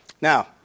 Now